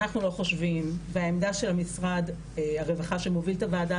אנחנו לא חושבים והעמדה של משרד הרווחה שמוביל את הוועדה